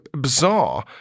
bizarre